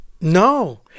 no